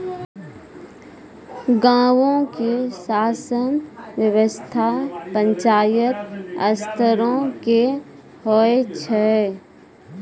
गांवो के शासन व्यवस्था पंचायत स्तरो के होय छै